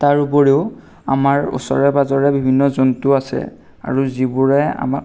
তাৰোপৰিও আমাৰ ওচৰে পাঁজৰে বিভিন্ন জন্তু আছে আৰু যিবোৰে আমাক